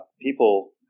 people